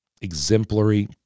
exemplary